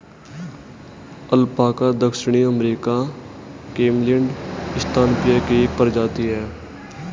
alpaca दक्षिण अमेरिकी camelid स्तनपायी की एक प्रजाति है